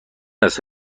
است